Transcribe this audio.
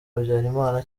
habyarimana